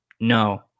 no